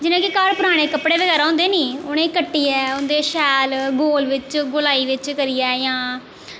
जियां कि घर पराने कपड़े बगैरा होंदे नी उ'नेंगी कट्टियै उं'दे शैल गोल बिच्च गोलाई बिच्च करियै इ'यां